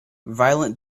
violent